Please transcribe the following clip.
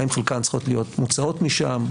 האם חלקן צריכות להיות מוצאות משם,